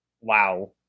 wow